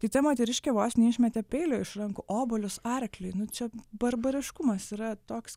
tai ta moteriškė vos neišmetė peilio iš rankų obuolius arkliui nu čia barbariškumas yra toks